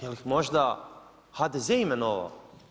Jel' ih možda HDZ-e imenovao?